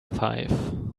five